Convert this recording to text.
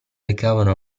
recavano